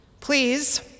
Please